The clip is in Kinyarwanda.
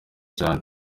cyane